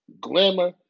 glamour